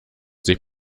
sich